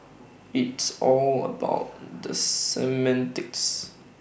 it's all about the semantics